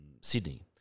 sydney